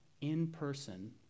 In-person